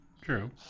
True